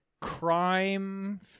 crime